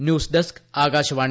news desk Akashvani